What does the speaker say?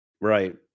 right